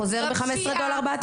בפשיעה,